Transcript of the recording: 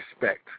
respect